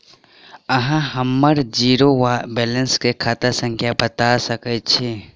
अहाँ हम्मर जीरो वा बैलेंस केँ खाता संख्या बता सकैत छी?